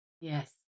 Yes